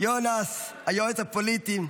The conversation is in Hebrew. יונס היועץ הפוליטי,